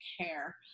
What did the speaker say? care